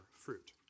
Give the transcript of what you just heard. fruit